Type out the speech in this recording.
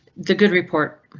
the good report.